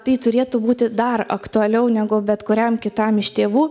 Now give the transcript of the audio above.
tai turėtų būti dar aktualiau negu bet kuriam kitam iš tėvų